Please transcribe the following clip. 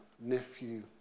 nephew